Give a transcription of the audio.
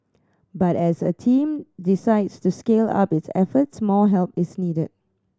but as the team decides to scale up its efforts more help is needed